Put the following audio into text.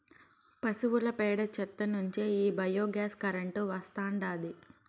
పశువుల పేడ చెత్త నుంచే ఈ బయోగ్యాస్ కరెంటు వస్తాండాది